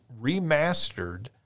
remastered